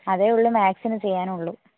അതേയുള്ളൂ മാത്സിന് ചെയ്യാനുള്ളൂ